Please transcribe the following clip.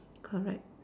correct